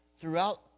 throughout